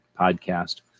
podcast